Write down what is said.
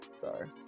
Sorry